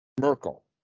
Merkel